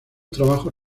trabajos